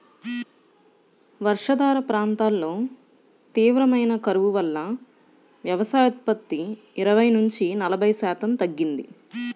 వర్షాధార ప్రాంతాల్లో తీవ్రమైన కరువు వల్ల వ్యవసాయోత్పత్తి ఇరవై నుంచి నలభై శాతం తగ్గింది